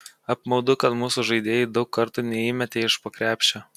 apmaudu kad mūsų žaidėjai daug kartų neįmetė iš po krepšio